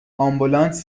آمبولانس